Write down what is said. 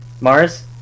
Mars